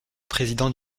président